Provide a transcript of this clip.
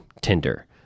Tinder